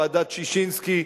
ועדת-ששינסקי,